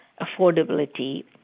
affordability